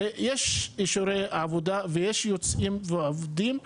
הרי יש אישורי עבודה ויש יוצאים ועובדים,